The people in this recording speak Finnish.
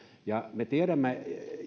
jotain me tiedämme